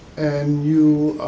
and you